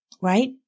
Right